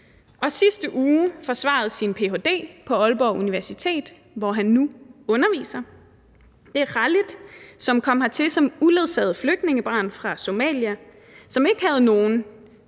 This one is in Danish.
sidste uge forsvarede sin ph.d. på Aalborg Universitet, hvor han nu underviser. Det er Khalid, som kom hertil som uledsaget flygtningebarn fra Somalia, og som ikke ville have